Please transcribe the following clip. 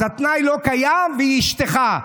אז התנאי לא קיים והיא אשתך.